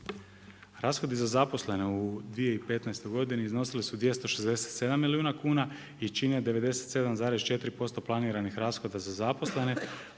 Rashodi za zaposlene u 2015. godini iznosili su 267 milijuna kuna i čine 97,4% planiranih rashoda za zaposlene